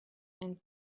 and